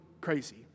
crazy